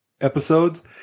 episodes